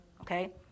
Okay